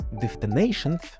destinations